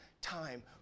time